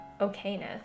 okayness